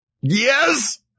Yes